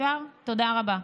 תודה רבה.